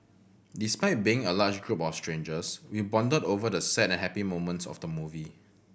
despite being a large group of strangers we bonded over the sad and happy moments of the movie